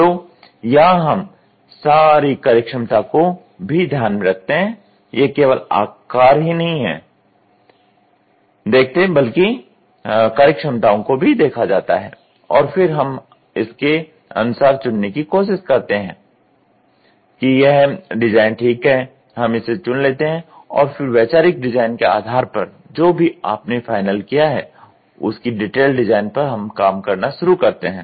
तो यहाँ हम सारी कार्यक्षमता को भी ध्यान में रखते हैं यह केवल आकर ही नहीं देखते बल्कि कार्यक्षमताओं को भी देखा जाता है और फिर हम इसके अनुसार चुनने की कोशिश करते हैं कि यह डिज़ाइन ठीक है हम इसे चुन लेते हैं और फिर वैचारिक डिज़ाइन के आधार पर जो भी आपने फाइनल किया है उसकी डिटेल्ड डिजाइन पर हम काम करना शुरू करते हैं